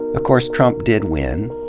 of course, trump did win,